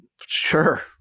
Sure